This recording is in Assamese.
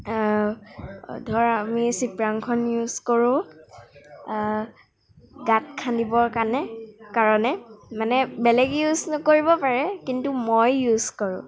ধৰ আমি চিপৰাংখন ইউজ কৰোঁ গাঁত খান্দিবৰ কাৰণে কাৰণে মানে বেলেগে ইউজ নকৰিব পাৰে কিন্তু মই ইউজ কৰোঁ